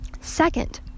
second